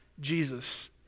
Jesus